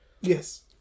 Yes